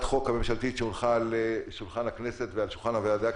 החוק הממשלתית שהונחה על שולחן הכנסת ועל שולחן הוועדה,